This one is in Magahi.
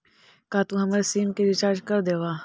का तू हमर सिम के रिचार्ज कर देबा